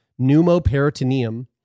pneumoperitoneum